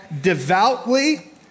devoutly